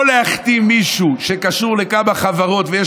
או להחתים מישהו שקשור לכמה חברות ויש